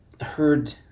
heard